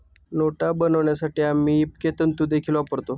नोटा बनवण्यासाठी आम्ही इबेक तंतु देखील वापरतो